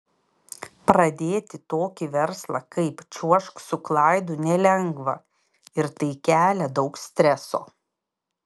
pradėti tokį verslą kaip čiuožk su klaidu nelengva ir tai kelia daug streso